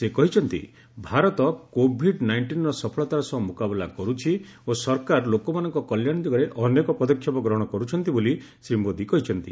ସେ କହିଛନ୍ତି ଭାରତ କୋଭିଡ୍ ନାଇଷ୍ଟିନ୍ର ସଫଳତାର ସହ ମୁକାବିଲା କରୁଛି ଓ ସରକାର ଲୋକମାନଙ୍କ କଲ୍ୟାଣ ଦିଗରେ ଅନେକ ପଦକ୍ଷେପ ଗ୍ରହଣ କରୁଛନ୍ତି ବୋଲି ଶ୍ରୀ ମୋଦୀ କହିଛନ୍ତି